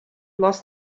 lost